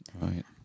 Right